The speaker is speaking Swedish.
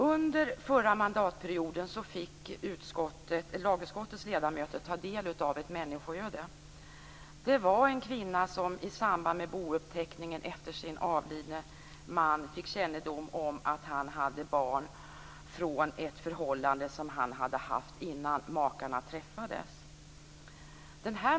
Under förra mandatperioden fick lagutskottets ledamöter ta del av ett människoöde. Det var en kvinna som i samband med bouppteckningen efter sin avlidne man fick kännedom om att han hade barn från ett förhållande som han hade haft innan makarna träffades.